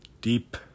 Deep